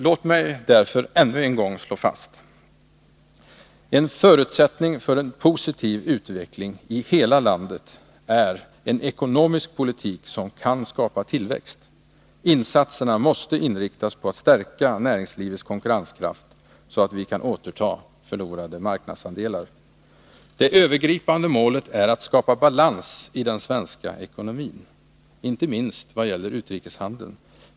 Låt mig därför ännu en gång slå fast: En förutsättning för en positiv utveckling i hela landet är en ekonomisk politik som kan skapa tillväxt. Insatserna måste inriktas på att stärka näringslivets konkurrenskraft så att vi kan återta förlorade marknadsandelar. Det övergripande målet är att skapa balans i den svenska ekonomin inte minst när det gäller utrikeshandeln.